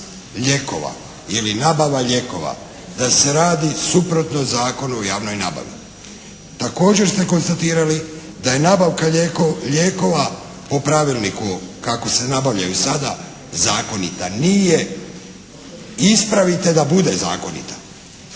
lijekova ili nabava lijekova, da se radi suprotno Zakonu o javnoj nabavi. Također ste konstatirali da je nabavka lijekova po pravilniku kako se nabavljaju sada zakonita. Nije. Ispravite da bude zakonita.